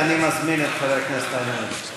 ואני מזמין את חבר הכנסת איימן עודה.